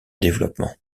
développement